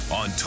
on